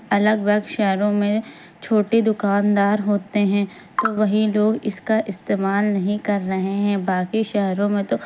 الگ شہروں میں چھوٹے دکاندار ہوتے ہیں تو وہیں لوگ اس کا استعمال نہیں کر رہے ہیں باقی شہروں میں تو